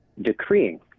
decreeing